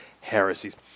heresies